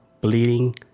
bleeding